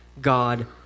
God